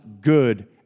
good